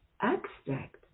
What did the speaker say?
abstract